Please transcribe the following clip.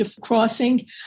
crossing